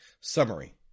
Summary